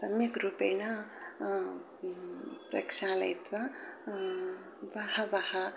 सम्यक्रूपेण प्रक्षालयित्वा बहवः